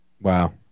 Wow